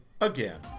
again